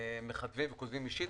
שכותבים אישית.